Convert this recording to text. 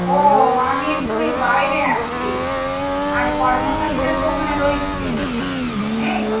ও আমি একটু এই বাইরে আছি আর কর্মচারীরা তো ওখানে রয়েছে নেই